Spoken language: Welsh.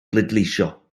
bleidleisio